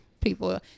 people